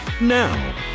Now